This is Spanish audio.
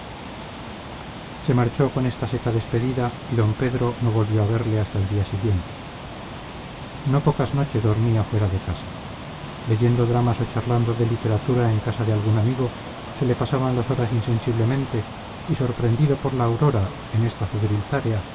se marchó con esta seca despedida y don pedro no volvió a verle hasta el día siguiente no pocas noches dormía fuera de casa leyendo dramas o charlando de literatura en casa de algún amigo se le pasaban las horas insensiblemente y sorprendido por la aurora en esta febril tarea